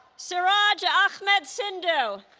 siraj ahmed sindhu